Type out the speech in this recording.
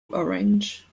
orange